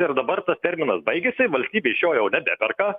ir dabar tas terminas baigiasi valstybė iš jo jau nebeperka